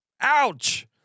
Ouch